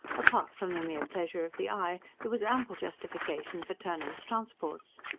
apart from the mere pleasure of the eye, there was ample justification for turnham's transports.